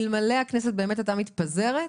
אלמלא הכנסת באמת הייתה מתפזרת,